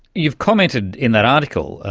you've commented in that article,